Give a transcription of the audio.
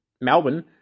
Melbourne